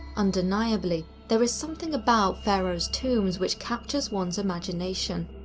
undeniably, there is something about pharaohs' tombs which captures one's imagination.